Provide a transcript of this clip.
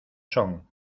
son